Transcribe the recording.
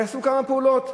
עושים כמה פעולות.